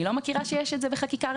ואני מאמינה לך שיש.